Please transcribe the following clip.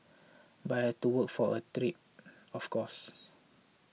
but I had to work for of course